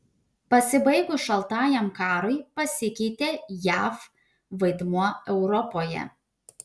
pasibaigus šaltajam karui pasikeitė jav vaidmuo europoje